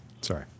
Sorry